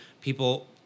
People